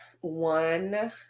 One